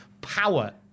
power